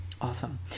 Awesome